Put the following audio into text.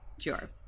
Sure